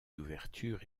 d’ouverture